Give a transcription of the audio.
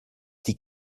die